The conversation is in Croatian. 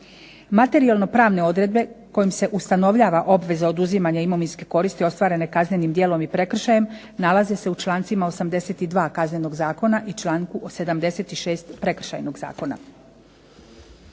Materijalno pravne odredbe kojim se ustanovljava obveza oduzimanje imovinske koristi ostvarene kaznenim djelom i prekršajem nalaze se u člancima 82. Kaznenog zakona i članku 76. Prekršajnog zakona.